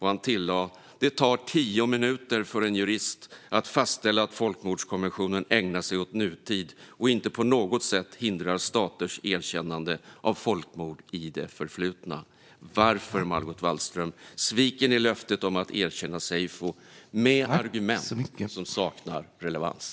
Han tillade: "Det tar tio minuter för en jurist att fastställa att konventionen ägnar sig åt nutid och inte på något sett hindrar staters erkännande av folkmord i det förflutna." Varför, Margot Wallström, sviker ni löftet om att erkänna seyfo med argument som saknar relevans?